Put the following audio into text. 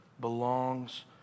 belongs